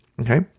Okay